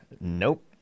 Nope